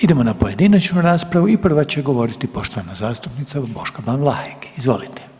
Idemo na pojedinačnu raspravu i prva će govoriti poštovana zastupnica Boška Ban Vlahek, izvolite.